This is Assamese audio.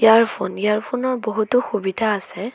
এয়াৰফোন এয়াৰফোনৰ বহুতো সুবিধা আছে